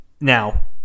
Now